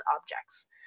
objects